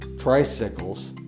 tricycles